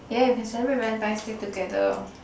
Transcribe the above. yay we can celebrate Valentine's Day together